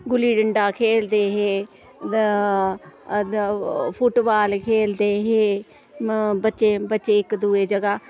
गुल्ली डंडा खेलदे हे फुटबाल खेलदे हे म बच्चे बच्चे इक दुए जगह